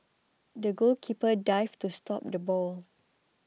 the goalkeeper dived to stop the ball